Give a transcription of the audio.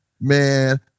man